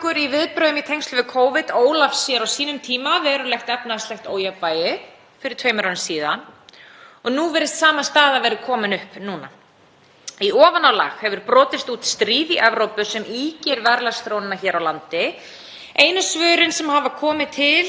Í ofanálag hefur brotist út stríð í Evrópu sem ýkir verðlagsþróunina hér á landi. Einu svörin sem hafa komið fram hjá hæstv. fjármálaráðherra hingað til er samtal við einn banka um að aðeins tvö húsnæðislán séu í vanskilum.